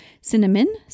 Cinnamon